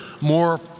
more